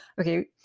okay